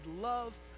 love